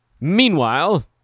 meanwhile